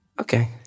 Okay